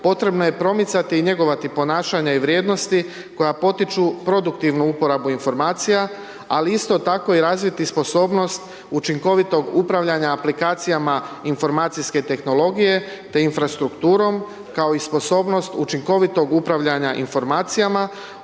potrebno je promicati i njegovati ponašanje i vrijednosti koja potiču produktivnu uporabu informacija ali isto tako i razviti sposobnost učinkovitog upravljanja aplikacijama informacijske tehnologije te infrastrukturom kao i sposobnost učinkovitog upravljanja informacijama